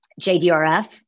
JDRF